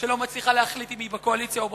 שלא מצליחה להחליט אם היא בקואליציה או באופוזיציה.